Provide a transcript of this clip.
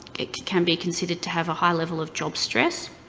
it can be considered to have a high level of job stress,